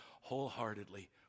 wholeheartedly